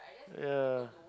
ya